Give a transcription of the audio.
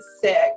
sick